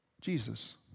Jesus